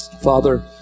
Father